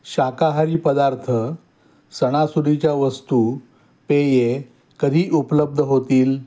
शाकाहारी पदार्थ सणासुदीच्या वस्तू पेये कधी उपलब्ध होतील